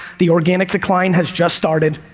the organic decline has just started.